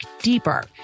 deeper